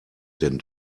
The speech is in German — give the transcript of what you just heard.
denn